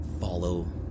follow